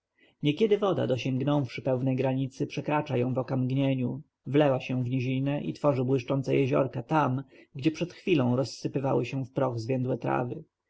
niekiedy woda dosięgnąwszy pewnej granicy przekracza ją w okamgnieniu wlewa się w nizinę i tworzy błyszczące jeziorko tam gdzie przed chwilą rozsypywały się w proch zwiędłe trawy